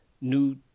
new